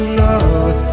love